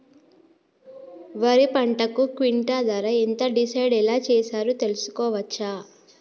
వరి పంటకు క్వింటా ధర ఎంత డిసైడ్ ఎలా చేశారు తెలుసుకోవచ్చా?